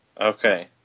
Okay